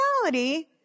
reality